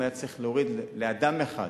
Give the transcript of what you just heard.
אם היה צריך להוריד לאדם אחד